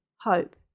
hope